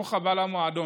ברוך הבא למועדון.